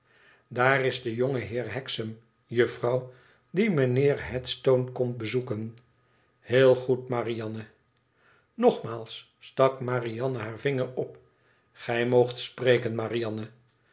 daar is de jonge heer hexam juffrouw die mijnheer headstone komt bezoeken theel goed marianne nogmaals stak marianne haar vinger op igij moogt spreken marianne